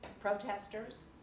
protesters